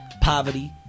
poverty